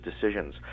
decisions